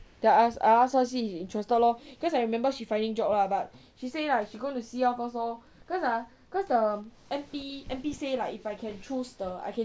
then I ask her see she interested lor cause I remember she finding job lah but she say lah she going to see how first lor cause ah cause the N_P N_P say like if I can choose the I can